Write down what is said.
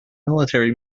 military